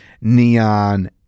neon